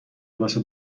واسه